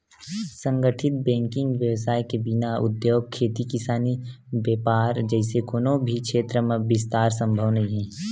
संगठित बेंकिग बेवसाय के बिना उद्योग, खेती किसानी, बेपार जइसे कोनो भी छेत्र म बिस्तार संभव नइ हे